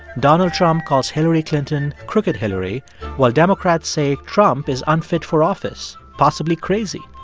donald trump calls hillary clinton crooked hillary while democrats say trump is unfit for office, possibly crazy.